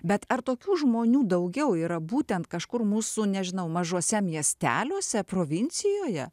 bet ar tokių žmonių daugiau yra būtent kažkur mūsų nežinau mažuose miesteliuose provincijoje